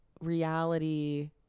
reality